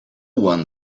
one